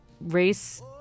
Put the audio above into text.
race